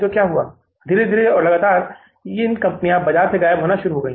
तो क्या हुआ धीरे धीरे और लगातार इस कंपनी ने बाजार से गायब होना शुरू कर दिया